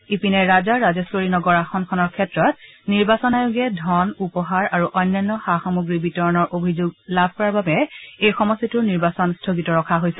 ইপিনে ৰাজা ৰাজেশ্বৰী নগৰ আসনখনৰ ক্ষেত্ৰত নিৰ্বাচন আয়োগে ধন উপহাৰ আৰু অন্যান্য সা সামগ্ৰী বিতৰণৰ অভিযোগ লাভ কৰাৰ বাবে এই সমষ্টিটোৰ নিৰ্বাচন স্থগিত ৰখা হৈছে